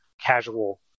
casual